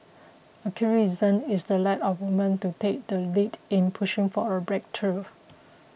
a key reason is the lack of women to take the lead in pushing for a breakthrough